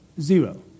zero